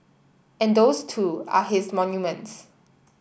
and those too are his monuments